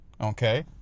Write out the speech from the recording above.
Okay